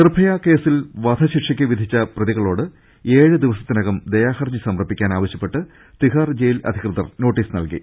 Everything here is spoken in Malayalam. നിർഭയ കേസിൽ വധശിക്ഷയ്ക്ക് വിധിച്ച പ്രതികളോട് ഏഴു ദിവസത്തിനകം ദയാഹർജി സമർപ്പിക്കാൻ ആവശ്യപ്പെട്ട് തിഹാർ ജയിൽ അധികൃതർ നോട്ടീസ് നൽകി